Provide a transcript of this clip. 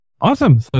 Awesome